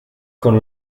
con